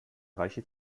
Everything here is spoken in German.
reiche